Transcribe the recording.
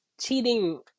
cheating